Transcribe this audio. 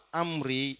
amri